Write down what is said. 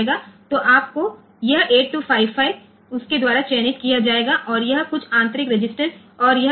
તેથી આપણને આ મળશે અને 8255 ને તેના દ્વારા પસંદ કરવામાં આવશે અને ત્યાં આપણી પાસે કેટલાક ઇન્ટરનલ રજિસ્ટર અને આ પોર્ટ પણ હોય છે